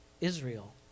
Israel